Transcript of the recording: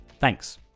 Thanks